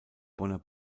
bonner